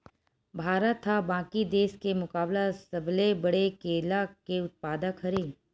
भारत हा बाकि देस के मुकाबला सबले बड़े केला के उत्पादक हरे